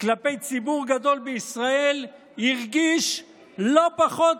כלפי ציבור גדול בישראל, הרגיש לא פחות